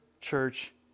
church